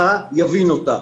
לא,